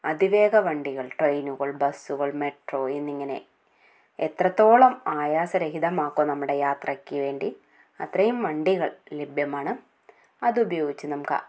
അതിവേഗ വണ്ടികൾ ട്രെയിനുകൾ ബസ്സുകൾ മെട്രോ എന്നിങ്ങനെ എത്രത്തോളം ആയാസരഹിതമാക്കും നമ്മുടെ യാത്രയ്ക്ക് വേണ്ടി അത്രയും വണ്ടികൾ ലഭ്യമാണ് അത് ഉപയോഗിച്ച് നമുക്ക് ആ